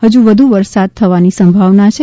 ફજી વધુ વરસાદ થવાની સંભાવના છે